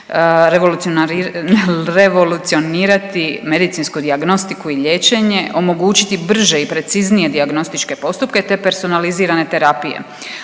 revolucionirati medicinsku dijagnostiku i liječenje, omogućiti brže i preciznije dijagnostičke postupke, te personalizirane terapije,